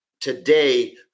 today